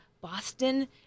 Boston